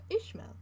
Ishmael